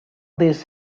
this